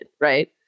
right